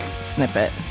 snippet